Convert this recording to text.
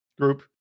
group